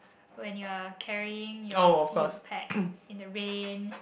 when you are carrying your fluid pack in the rain